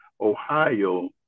Ohio